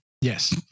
Yes